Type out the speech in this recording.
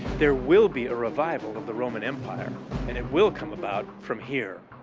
there will be a revival of the roman empire and it will come about from here,